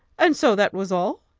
and so that was all?